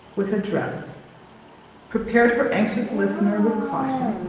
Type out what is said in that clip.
with address prepared her anxious listener with caution